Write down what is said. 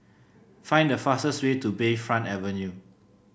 find the fastest way to Bayfront Avenue